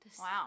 Wow